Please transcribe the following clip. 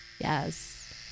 Yes